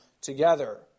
together